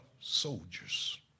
soldiers